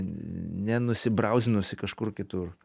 nenusibrauzinus į kažkur kitur